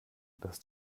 dass